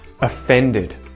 offended